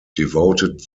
devoted